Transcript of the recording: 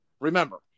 Remember